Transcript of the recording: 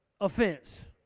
offense